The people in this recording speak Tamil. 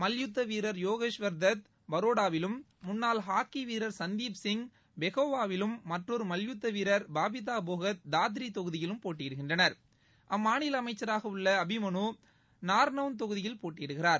மல்யுத்த வீரர் யோகேஷ்வர்தத் பரோடாவிலும் முன்னாள் ஹாக்கி வீரர் சந்திப்சிங் பெகோவாவிலும் மற்றுமொரு மல்யுத்த விரர் பபிதா போகத் தாத்ரி தொகுதியிலும் போட்டியிடுகிறார்கள் அம்மாநில அமைச்சராக உள்ள அபிமனு நார்நவுந்த் தொகுதியில் போட்டியிடுகிறார்